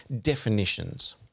definitions